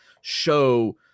show